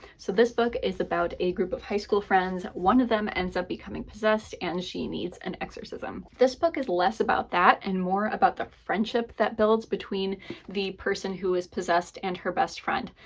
so this book is about a group of high school friends. one of them ends up becoming possessed and she needs an exorcism. this book is less about that and more about the friendship that builds between the person who is possessed and her best friend.